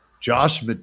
josh